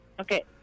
Okay